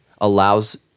allows